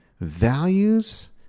values